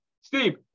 Steve